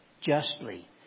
justly